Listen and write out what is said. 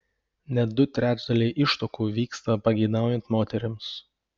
net du trečdaliai ištuokų vyksta pageidaujant moterims